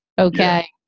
Okay